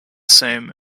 same